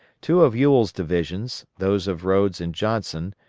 two of ewell's divisions, those of rodes and johnson,